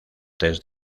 test